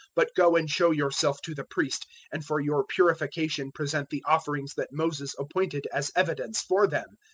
but go and show yourself to the priest, and for your purification present the offerings that moses appointed as evidence for them.